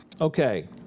Okay